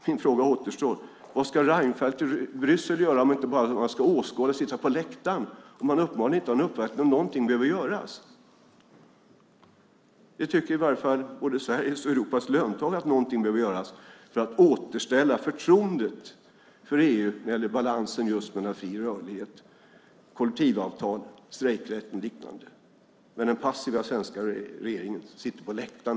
Min fråga återstår: Vad ska Reinfeldt i Bryssel att göra annat än att vara åskådare och sitta på läktaren om han uppenbarligen inte har någon uppfattning om att någonting behöver göras? Sveriges och Europas löntagare tycker i alla fall att någonting behöver göras för att återställa förtroendet för EU när det gäller balansen mellan fri rörlighet, kollektivavtal, strejkrätt och liknande, men den passiva svenska regeringen sitter på läktaren.